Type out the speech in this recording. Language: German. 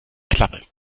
klappe